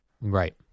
Right